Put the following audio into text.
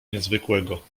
niezwykłego